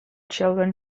children